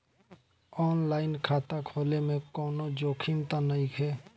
आन line खाता खोले में कौनो जोखिम त नइखे?